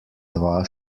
dva